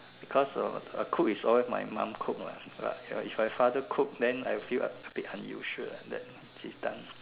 because cook is always my mum cook what but if my father cook I feel it's a bit unusual that he's done